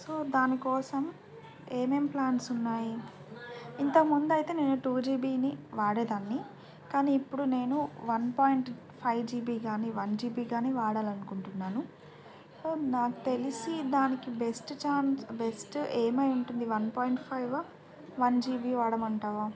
so దానికోసం ఏమేం plans ఉన్నాయి ఇంతకు ముందు అయితే నేను టూ జీ బీని వాడేదాన్ని కానీ ఇప్పుడు నేను one point five G B కానీ వన్ జీ బీ కానీ వాడాలనుకుంటున్నాను నాకు తెలిసి దానికి బెస్ట్ ఛాన్స్ బెస్ట్ ఏమై ఉంటుంది one point five G B వాడమంటావా